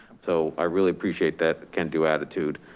so i really appreciate that can-do attitude.